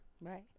Right